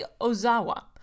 Ozawa